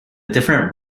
different